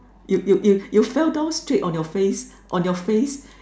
you you you fell down straight on your face on your face